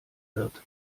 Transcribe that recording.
wird